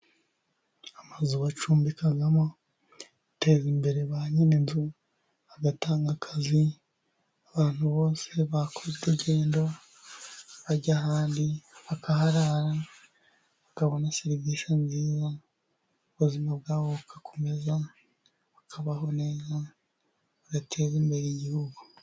Amazu bacumbikamo ateza imbere ba nyirinzu, agatanga akazi, abantu bose bakoze urugendo bajya ahandi bakaharara, bakabona serivisi nziza, ubuzima bwabo bugakomeza, bakabaho neza, bigateza imbere igihugu.